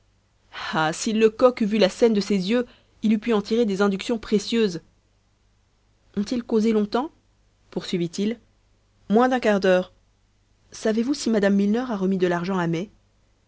ah si lecoq eût vu la scène de ses yeux il eût pu en tirer des inductions précieuses ont-ils causé longtemps poursuivit-il moitié d'un quart-d'heure savez-vous si mme milner a remis de l'argent à mai